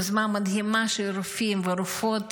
יוזמה מדהימה של רופאים ורופאות